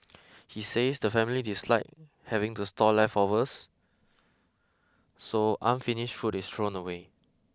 he says the family dislike having to store leftovers so unfinished food is thrown away